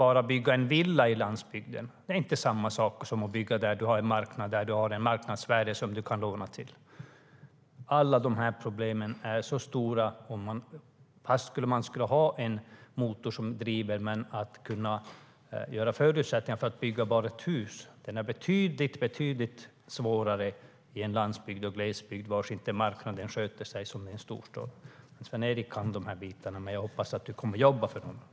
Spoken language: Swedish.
Att bygga en villa i landsbygden är inte samma sak som att bygga där man har ett marknadsvärde att låna till. Alla dessa problem är så stora att man behöver en motor som driver. Att skapa förutsättningar för att ens bygga ett hus är betydligt svårare i landsbygd och glesbygd, där marknaden inte sköter sig som i en storstad. Sven-Erik Bucht kan de här bitarna, och jag hoppas att han också kommer att jobba för detta.